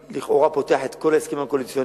לכאורה זה פותח את כל ההסכמים הקואליציוניים,